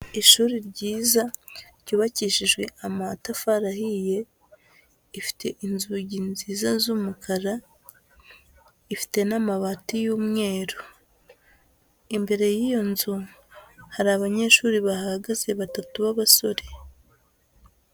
Ishuri ryiza ryubakishijwe amatafari ahiye, ifite inzugi nziza z'umukara, ifite n'amabati y'umweru. Imbere y'iyo nzu, hari abanyeshuri bahahagaze batatu b'abasore.